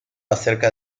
acerca